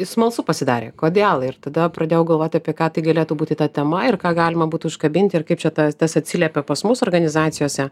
smalsu pasidarė kodėl ir tada pradėjau galvot apie ką tai galėtų būti ta tema ir ką galima būtų užkabinti ir kaip čia tas tas atsiliepia pas mus organizacijose